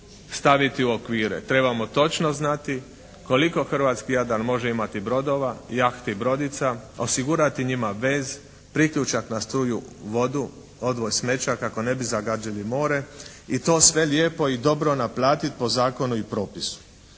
staviti u okvire. Trebamo točno znati koliko hrvatski Jadran može imati brodova, jahti, brodica. Osigurati njima vez, priključak na struju, vodu, odvoz smeća kako ne bi zagadili more. I to sve lijepo i dobro naplatiti po zakonu i propisu.